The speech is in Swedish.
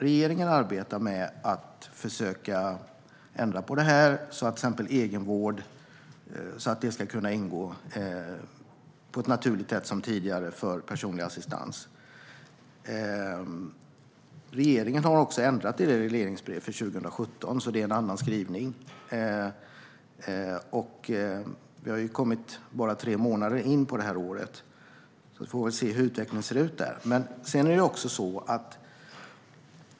Regeringen arbetar med att försöka ändra på detta så att till exempel egenvård ska kunna ingå på ett naturligt sätt, som tidigare, för personlig assistans. Regeringen har också ändrat i regleringsbrevet för 2017, så det är en annan skrivning. Vi har bara kommit tre månader in på året, så vi får väl se hur utvecklingen ser ut.